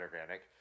organic